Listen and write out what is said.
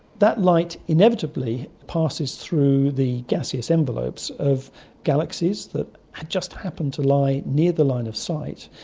that light inevitably passes through the gaseous envelopes of galaxies that just happen to lie near the line of sight,